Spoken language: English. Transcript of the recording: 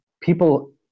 people